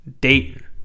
Dayton